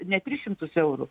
ne tris šimtus eurų